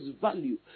value